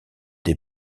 des